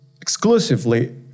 exclusively